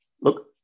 Look